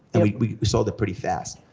and we we sold it pretty fast.